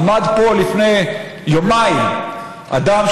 עמד פה לפני יומיים אדם,